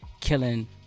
killing